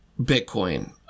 Bitcoin